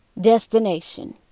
destination